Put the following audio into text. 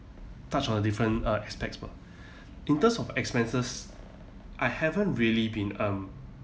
touch on a different uh aspects but in terms of expenses I haven't really been um